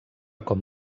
com